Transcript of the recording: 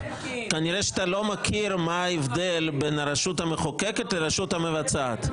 כנראה אתה לא יודע מה ההבדל בין הרשות המחוקקת לרשות המבצעת,